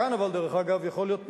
כאן, אבל, דרך אגב, יכול להיות פתרון,